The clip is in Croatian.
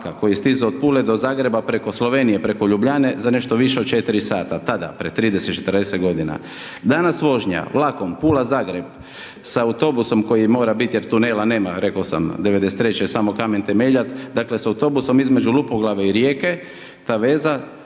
koji je stizao od Pule do Zagreba preko Slovenije, preko Ljubljane za nešto više od 4 sata, tada pred 30, 40 g. Danas vožnja vlakom Pula Zagreb, sa autobusom koji mora biti, jer tunela nema, rekao sam, '93. je samo kamen temeljac, dakle, s autobusom između Lupoglave i Rijeke, ta veza,